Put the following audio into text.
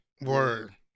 Word